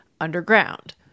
underground